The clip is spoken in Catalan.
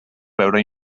veure